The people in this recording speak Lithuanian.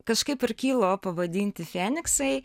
kažkaip ir kilo pavadinti feniksai